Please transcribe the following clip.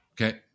Okay